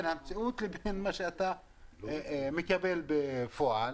בין מה שמוצהר לבין מה שאתה מקבל בפועל.